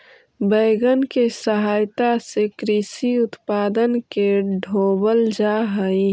wagon के सहायता से कृषि उत्पादन के ढोवल जा हई